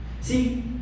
See